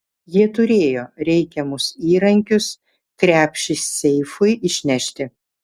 jie turėjo reikiamus įrankius krepšį seifui išnešti